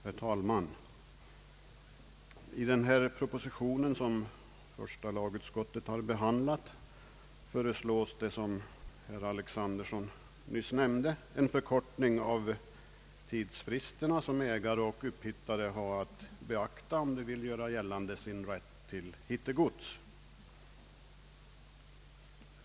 Herr talman! I den proposition som har behandlats i första lagutskottets utlåtande nr 57 föreslås, som herr Alexanderson nyss nämnde, en förkortning av de tidsfrister som ägare och upphittare har att beakta om de vill göra gällande sin rätt till hittegods.